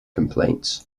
complaints